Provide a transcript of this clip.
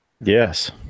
Yes